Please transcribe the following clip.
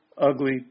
Ugly